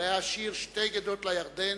אבל היה שיר: שתי גדות לירדן,